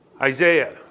Isaiah